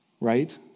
Right